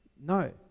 No